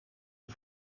een